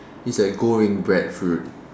it's like gold ring bread fruit